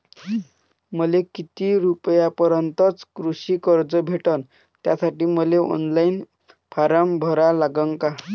मले किती रूपयापर्यंतचं कृषी कर्ज भेटन, त्यासाठी मले ऑनलाईन फारम भरा लागन का?